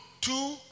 two